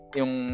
yung